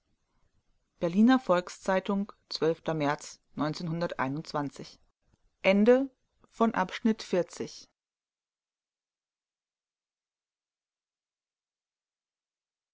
berliner volks-zeitung märz